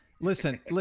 Listen